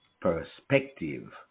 perspective